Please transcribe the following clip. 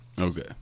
Okay